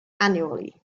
annually